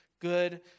good